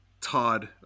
todd